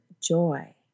joy